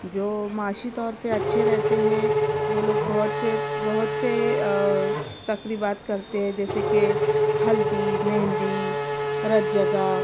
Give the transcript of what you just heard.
جو معاشی طور پہ اچھے رہتے ہیں وہ لوگ بہت سے بہت سے تقریبات کرتے ہیں جیسے کہ ہلدی مہندی رت جگا